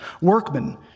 Workmen